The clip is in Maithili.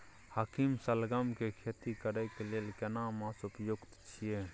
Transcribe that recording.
हाकीम सलगम के खेती करय के लेल केना मास उपयुक्त छियै?